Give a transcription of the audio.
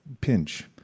pinch